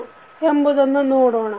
Mason's rule ಎಂಬುದನ್ನು ನೋಡೋಣ